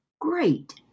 Great